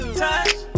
touch